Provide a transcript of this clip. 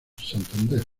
santander